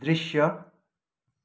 दृश्य